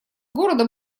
города